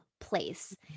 place